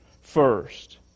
first